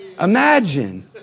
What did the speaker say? Imagine